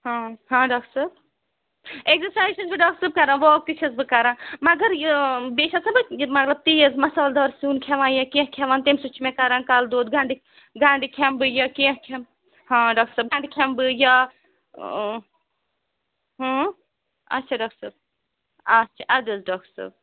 ہاں ہاں ڈاکٹر صٲب اٮ۪کزَرسایِز چھَس بہٕ ڈاکٹر صٲب کَران واک تہِ چھَس بہٕ کَران مگر یہِ بیٚیہِ چھَس نا بہٕ یہِ مطلب تیز مصالہٕ دار سیُن کھٮ۪وان یا کینٛہہ کھٮ۪وان تَمہِ سۭتۍ چھِ مےٚ کَران کَلہٕ دود گَنٛڈٕ گَنڈٕ کھٮ۪مہٕ بہٕ یا کیٚنٛہہ کھٮ۪مہٕ ہاں ڈاکٹر صٲب گَنٛڈٕ کھٮ۪م بہٕ یا اچھا ڈاکٹر صٲب اَچھا اَدٕ حظ ڈاکٹر صٲب